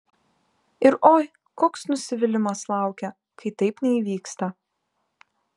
ir oi koks nusivylimas laukia kai taip neįvyksta